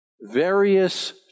various